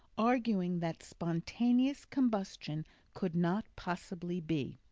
arguing that spontaneous combustion could not possibly be.